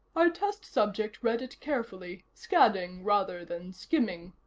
our test subject read it carefully, scanning rather than skimming.